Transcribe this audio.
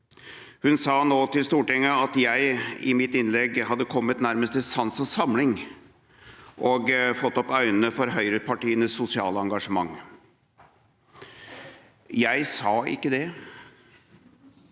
Hun sa nå til Stortinget at jeg i mitt innlegg nærmest hadde kommet til sans og samling, og fått opp øynene for høyrepartienes sosiale engasjement. Jeg sa ikke det.